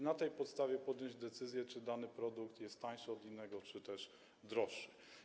Na tej podstawie może podjąć decyzję, czy dany produkt jest tańszy od innego, czy też jest droższy.